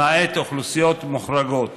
למעט אוכלוסיות מוחרגות.